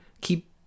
keep